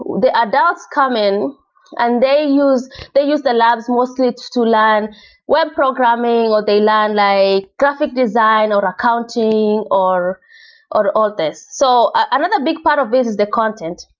the adults come in and they use they use the labs mostly to learn web programming, or they learn like graphic design, or accounting, or or all these. so another big part of this is the content.